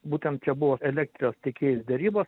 būtent čia buvo elektros tiekėjais derybos